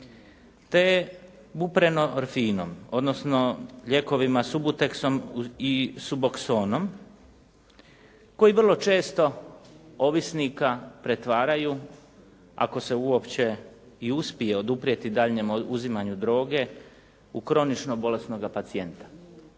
te buprenorfinom, odnosno lijekovima s subuteksom i suboksonom koji vrlo često ovisnika pretvaraju, ako se uopće i uspije oduprijeti daljnjem uzimanju droge u kronično bolesnoga pacijenta.